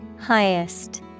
Highest